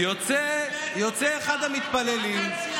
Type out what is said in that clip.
יוצא אחד המתפללים,